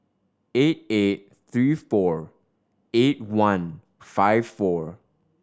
eight eight three four eight one five four